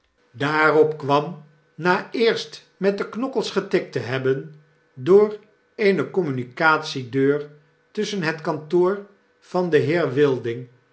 daarop kwam na eerst met de knokkels getikt te hebben door eenecommunicatie-deurtusschen het kantoor van den heer wilding